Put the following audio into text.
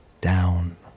down